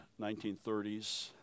1930s